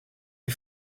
les